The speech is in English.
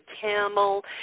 camel